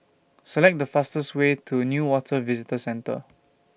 Select The fastest Way to Newater Visitor Centre